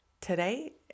today